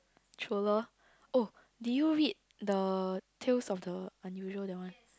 true lor oh do you read the tales of the Unusual that one